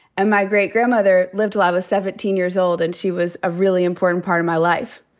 and my great-grandmother lived till i was seventeen years old, and she was a really important part of my life.